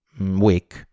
week